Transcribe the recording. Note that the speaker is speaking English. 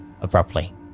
abruptly